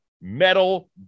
metal